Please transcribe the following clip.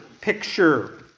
picture